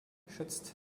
schützt